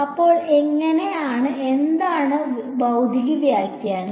അപ്പോൾ ഇപ്പോൾ എന്താണ് ഭൌതിക വ്യാഖ്യാനം